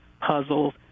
puzzles